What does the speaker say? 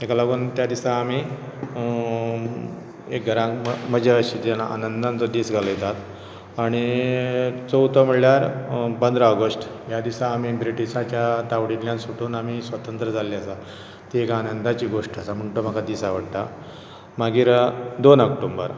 ताका लागून त्या दिसा आमी एक घरांत म्हज्या अशी जेन्ना आनंदान तो दीस घालयतात आनी चवथो म्हणल्यार पंदरा अगस्ट ह्या दिसा आमी ब्रिटीशाच्या तावडितल्यान सुटून आमी स्वतंत्र जाल्ले आसा ती एक आनंदाची गोश्ट आसा म्हण तो दीस म्हाका आवडटा मागीर दोन ऑक्टोंबर